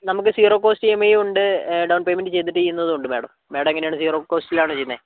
നമുക്ക് zero cost E M ഐയും ഉണ്ട് ഡൗൺ പേയ്മെന്റ് ചെയ്തിട്ട് ചെയ്യുന്നതും ഉണ്ട് മേഡം മേഡം എങ്ങനെയാണ് സീറോ കോസ്റ്റിലാണോ ചെയ്യുന്നത്